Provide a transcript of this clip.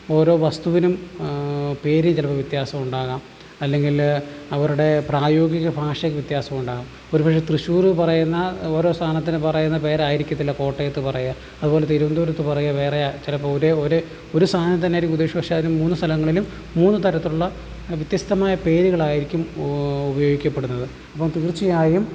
ഓരോ വസ്തുവിനും പേര് ചിലപ്പോൾ വ്യത്യാസം ഉണ്ടാകാം അല്ലെങ്കിൽ അവരുടെ പ്രായോഗിക ഭാഷയ്ക്ക് വ്യാത്യാസം ഉണ്ടാകും ഒരുപക്ഷെ തൃശ്ശൂർ പറയുന്ന ഓരോ സാധനത്തിന് പറയുന്ന പേരായിരിക്കത്തില്ല കോട്ടയത്ത് പറയുക അതുപോലെ തിരുവനന്തപുരത്ത് പറയുക വേറെ ചിലപ്പോൾ ഒരേ ഒരേ ഒരു സാധനം തന്നെ ആയിരിക്കും ഉദ്ദേശിച്ച് പക്ഷേ അതിന് മൂന്ന് സ്ഥലങ്ങളിലും മൂന്ന് തരത്തിലുള്ള വ്യത്യസ്തമായ പേരുകളായിരിക്കും ഉപയോഗിക്കപ്പെടുന്നത് അപ്പം തീർച്ചയായും